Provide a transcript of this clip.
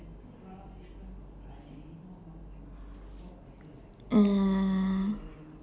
err